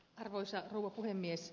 arvoisa rouva puhemies